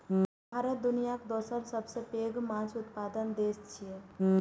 भारत दुनियाक दोसर सबसं पैघ माछ उत्पादक देश छियै